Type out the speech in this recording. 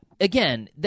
again